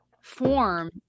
form